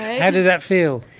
how did that feel?